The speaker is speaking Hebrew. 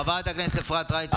חברת הכנסת אפרת רייטן מרום,